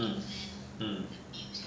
um um